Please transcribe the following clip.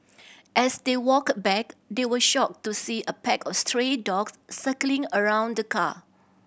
as they walked back they were shocked to see a pack of stray dogs circling around the car